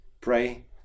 pray